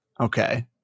Okay